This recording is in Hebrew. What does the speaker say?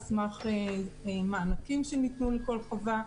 על סמך מענקים שניתנו לכל חווה,